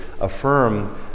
affirm